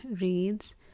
reads